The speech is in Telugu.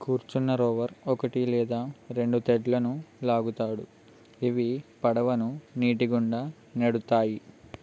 కూర్చున్న రోవర్ ఒకటి లేదా రెండు తెడ్డులను లాగుతాడు ఇవి పడవను నీటి గుండా నెడుతాయి